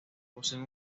poseen